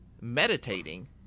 meditating